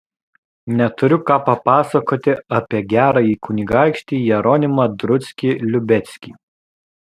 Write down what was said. neturiu ką papasakoti apie gerąjį kunigaikštį jeronimą druckį liubeckį